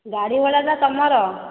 ଗାଡ଼ି ଭଡ଼ାଟା ତୁମର